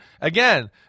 again